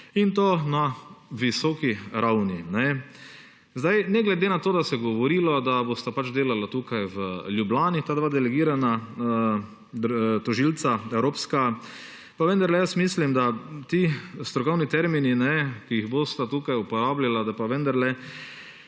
in to na visoki ravni. Ne glede na to, da se je govorilo, da bosta pač delala tukaj v Ljubljani, ta dva delegirana evropska tožilca, pa vendarle mislim, da ti strokovni termini, ki jih bosta tukaj uporabljala, da pa vendarle